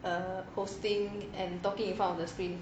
uh hosting and talking in front of the screen